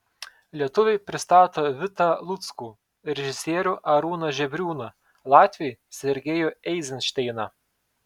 lietuviai pristato vitą luckų režisierių arūną žebriūną latviai sergejų eizenšteiną